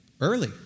Early